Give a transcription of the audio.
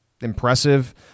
impressive